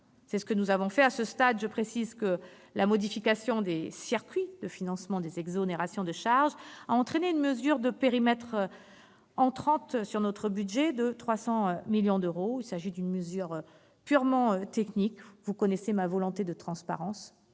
C'est ce que nous avons fait à ce stade. Je précise que la modification des circuits de financement des exonérations de charges a entraîné une mesure de périmètre, faisant entrer 300 millions d'euros dans notre budget. Il s'agit d'une mesure purement technique. Vous connaissez ma volonté de transparence